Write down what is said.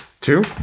Two